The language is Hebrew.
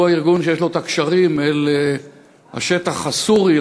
הוא הארגון שיש לו קשרים לשטח הסורי,